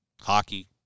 hockey